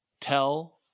Tell